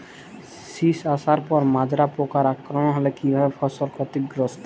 শীষ আসার পর মাজরা পোকার আক্রমণ হলে কী ভাবে ফসল ক্ষতিগ্রস্ত?